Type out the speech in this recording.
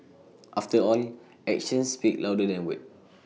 after all actions speak louder than words